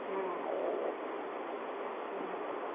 हाँ हूँ